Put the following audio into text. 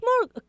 more